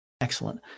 Excellent